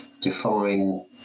define